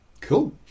Cool